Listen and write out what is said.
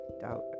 doubt